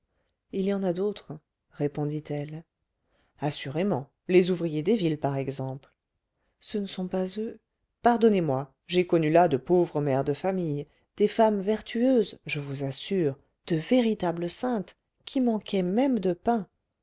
il y en a d'autres répondit-elle assurément les ouvriers des villes par exemple ce ne sont pas eux pardonnez-moi j'ai connu là de pauvres mères de famille des femmes vertueuses je vous assure de véritables saintes qui manquaient même de pain